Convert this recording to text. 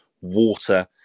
water